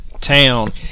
town